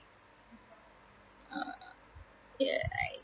uh ya right